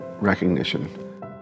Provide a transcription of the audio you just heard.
recognition